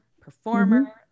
performer